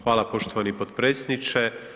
Hvala poštovani potpredsjedniče.